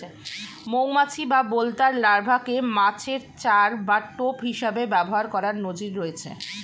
মৌমাছি বা বোলতার লার্ভাকে মাছের চার বা টোপ হিসেবে ব্যবহার করার নজির রয়েছে